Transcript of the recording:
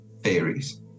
theories